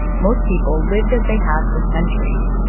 most people lived as they had for centuries.